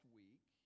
week